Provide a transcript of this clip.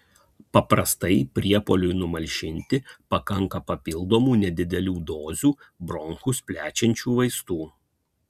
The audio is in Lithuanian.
paprastai priepuoliui numalšinti pakanka papildomų nedidelių dozių bronchus plečiančių vaistų